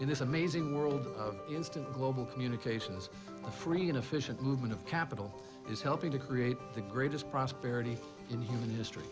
this amazing world instant global communications the free and efficient movement of capital is helping to create the greatest prosperity in human history